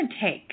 take